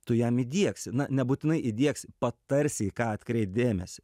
tu jam įdiegsi na nebūtinai įdiegsi patarsi į ką atkreipt dėmesį